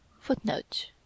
Footnote